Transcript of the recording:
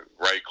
right